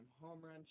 home-run